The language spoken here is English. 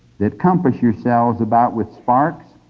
that compass yourselves about with sparks,